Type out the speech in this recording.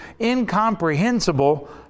incomprehensible